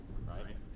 right